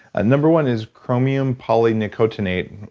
ah number one is chromium polynicotinate.